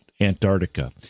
Antarctica